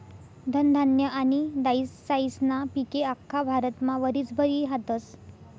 धनधान्य आनी दायीसायीस्ना पिके आख्खा भारतमा वरीसभर ई हातस